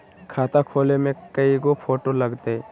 खाता खोले में कइगो फ़ोटो लगतै?